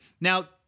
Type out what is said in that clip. Now